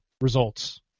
results